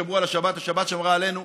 השבת שמרה עלינו,